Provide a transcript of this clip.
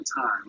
time